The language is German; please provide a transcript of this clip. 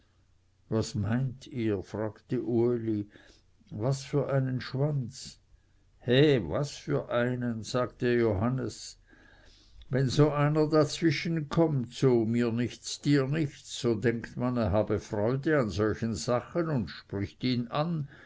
was meint ihr fragte uli was für einen schwanz he was für einen sagte johannes wenn da so einer dazwischenkommt so mir nichts dir nichts so denkt man er habe freude an solchen sachen und spricht ihn an